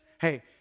Hey